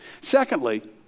Secondly